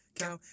cow